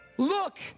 Look